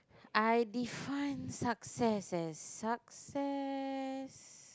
I define success as success